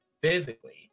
physically